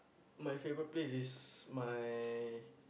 my favourite place is my